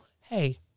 hey